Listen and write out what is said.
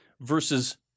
versus